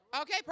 Okay